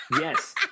Yes